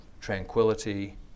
tranquility